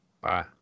Bye